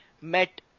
met